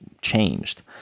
changed